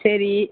சரி